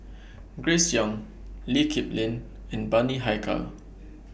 Grace Young Lee Kip Lin and Bani Haykal